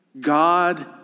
God